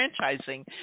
Franchising